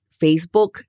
Facebook